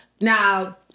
Now